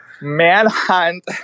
Manhunt